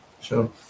Sure